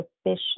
sufficient